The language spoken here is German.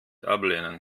ablehnen